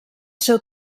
seu